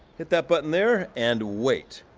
hit that button there and wait.